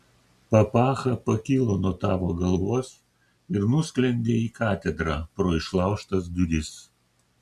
papacha pakilo nuo tavo galvos ir nusklendė į katedrą pro išlaužtas duris